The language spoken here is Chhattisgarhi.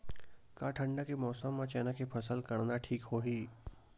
का ठंडा के मौसम म चना के फसल करना ठीक होही?